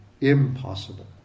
impossible